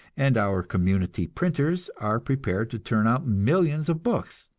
and our community printers are prepared to turn out millions of books.